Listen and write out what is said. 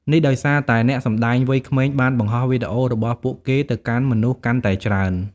នេះដោយសារតែអ្នកសំដែងវ័យក្មេងបានបង្ហោះវីដេអូរបស់ពួកគេទៅកាន់មនុស្សកាន់តែច្រើន។